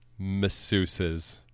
masseuses